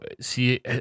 see